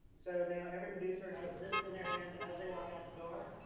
so now every producer has this in their hand as they walk out the door.